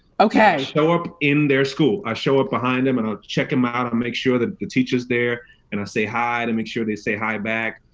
show up in their school, i show up behind them and ah check em out, and make sure that the teacher's there and i say hi to make sure they say hi back,